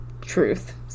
truth